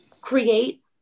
create